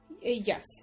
Yes